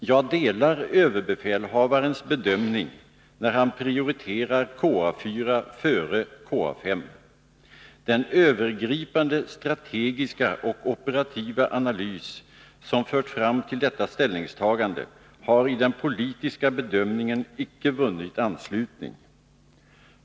Jag delar överbefälhavarens bedömning när han prioriterar KA 4 före KA 5. Den övergripande strategiska och operativa analys som fört fram till detta ställningstagande har i den politiska bedömningen icke vunnit anslutning.